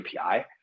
API